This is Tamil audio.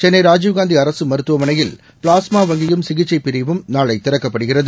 சென்னைராஜீவ்காந்திஅரசுமருத்துவமனையில் ப்ளாஸ்மா வங்கியும் சிகிச்சைபிரிவும் நாளைதிறக்கப்படுகிறது